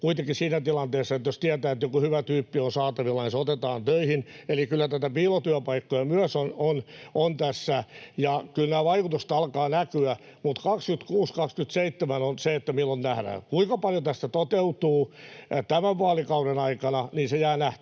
kuitenkin siinä tilanteessa, että jos tietää, että joku hyvä tyyppi on saatavilla, niin se otetaan töihin. Eli kyllä näitä piilotyöpaikkoja myös on tässä, ja kyllä vaikutusta alkaa näkyä. Mutta 26—27 on se, milloin tämä nähdään. Kuinka paljon tästä toteutuu tämän vaalikauden aikana, se jää nähtäväksi,